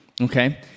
okay